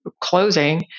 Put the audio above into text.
closing